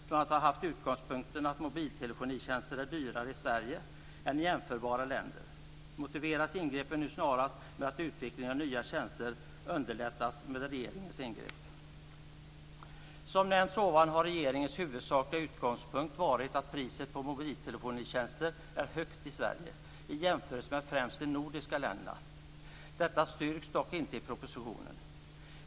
Från att man har haft utgångspunkten att mobiltelefonitjänster är dyrare i Sverige än i jämförbara länder motiveras ingreppen nu snarast med att utvecklingen av nya tjänster underlättas med regeringens ingrepp. Som nämnts tidigare har regeringens huvudsakliga utgångspunkt varit att priset på mobiltelefonitjänster är högt i Sverige i jämförelse med främst de nordiska länderna. Detta styrks dock inte i propositionen.